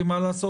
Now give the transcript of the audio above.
כי מה לעשות,